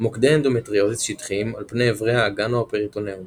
- מוקדי אנדומטריוזיס שטחיים על פני אברי האגן או הפריטונאום